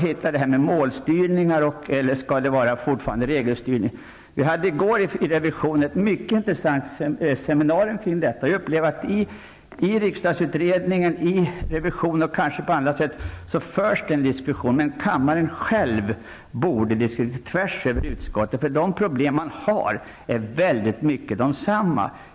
Skall det då vara målstyrning eller skall det fortfarande vara regelstyrning? I går var det ett mycket intressant seminarium hos riksdagsrevisorerna om dessa frågor. Denna diskussion förs i riskdagsutredningen och hos revisorerna. Men kammaren själv borde också diskutera dessa frågor -- tvärs över utskottsgränserna. De problem som finns är i stor utsträckning densamma.